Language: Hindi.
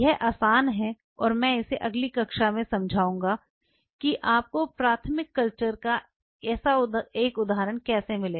यह आसान है और मैं इसे अगली कक्षा में समझाऊंगा कि आपको प्राथमिक कल्चर का ऐसा एक उदाहरण कैसे मिलेगा